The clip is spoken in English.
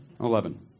Eleven